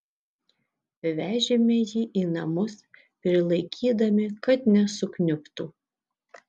vežėme jį į namus prilaikydami kad nesukniubtų